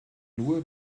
nur